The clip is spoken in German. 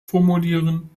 formulieren